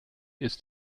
ist